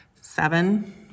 seven